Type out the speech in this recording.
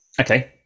Okay